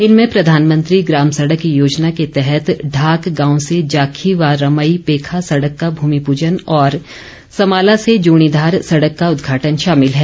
इनमें प्रधानमंत्री ग्राम सड़क योजना के तहत ढाक गांव से जाखी व रमई पेखा सड़क का भूमि प्रजन और समाला से जूणीधार सड़क का उद्घाटन शामिल है